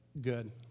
good